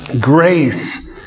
Grace